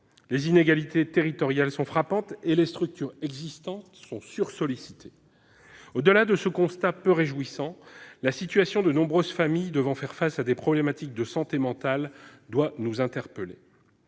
Les inégalités territoriales sont frappantes et les structures existantes sur-sollicitées. Au-delà de ce constat peu réjouissant, la situation de nombreuses familles devant faire face à des problématiques de santé mentale doit nous interpeller.